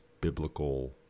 biblical